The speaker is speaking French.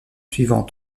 suivant